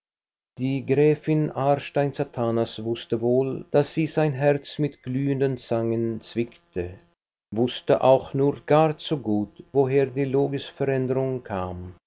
die gräfin aarstein satanas wußte wohl daß sie sein herz mit glühenden zangen zwickte wußte auch nur gar zu gut woher die logisveränderung kam